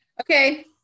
Okay